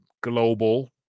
global